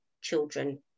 children